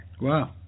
wow